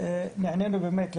נענינו באמת לבקשה,